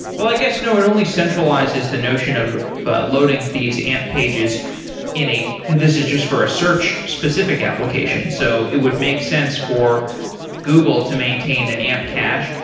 well, i guess, no. it only centralizes the notion of loading these amp pages in a this is just for a search specific application. so it would make sense for google to maintain an amp cache,